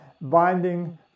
binding